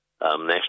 national